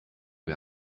wer